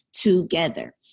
together